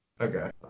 Okay